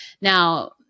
Now